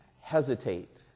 hesitate